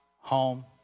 home